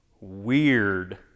weird